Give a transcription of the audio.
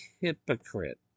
hypocrite